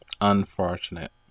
unfortunate